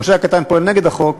פושע קטן פועל נגד החוק,